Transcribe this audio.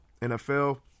NFL